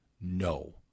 no